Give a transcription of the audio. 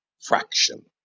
fraction